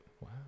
Wow